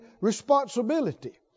responsibility